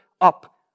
up